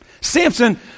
Samson